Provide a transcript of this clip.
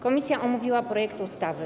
Komisja omówiła projekt ustawy.